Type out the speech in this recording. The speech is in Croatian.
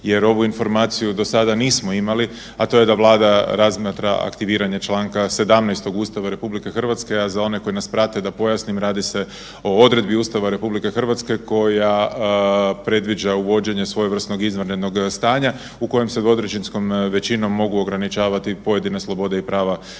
jer ovu informaciju do sada nismo imali, a to je da Vlada razmatra aktiviranje Članka 17. Ustava RH, a za one koji nas prate da pojasnim radi se o odredbi Ustava RH koja predviđa svojevrsnog izvanrednog stanja, u kojem se 2/3 većinskom mogu ograničavati pojedine slobode i prava čovjeka